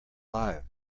live